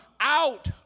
out